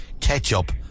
ketchup